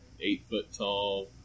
eight-foot-tall